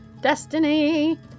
Destiny